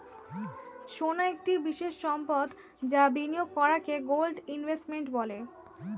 সোনা একটি বিশেষ সম্পদ যা বিনিয়োগ করাকে গোল্ড ইনভেস্টমেন্ট বলে